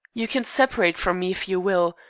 you can separate from me if you will.